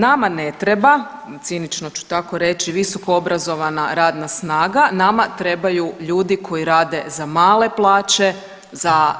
Nama ne treba, cinično ću tako reći visokoobrazovana radna snaga, nama trebaju ljudi koji rade za male plaće, za